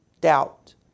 doubt